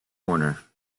corner